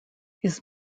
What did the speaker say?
his